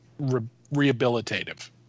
rehabilitative